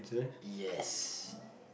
yes